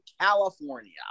california